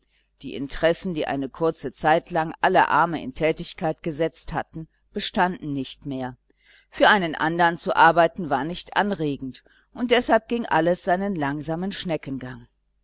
die interessen die eine kurze zeit lang alle arme in tätigkeit gesetzt hatten bestanden nicht mehr für einen andern zu arbeiten war nicht anregend und deshalb ging alles seinen langsamen